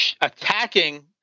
attacking